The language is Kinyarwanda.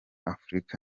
afurika